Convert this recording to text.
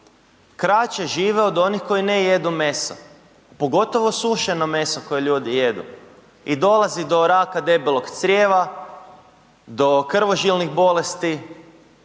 kraće žive od onih koji ne jedu meso, pogotovo sušeno meso koje ljudi jedu i dolazi do raka debelog crijeva, do krvožilnih bolesti